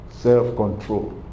self-control